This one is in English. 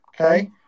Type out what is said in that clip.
okay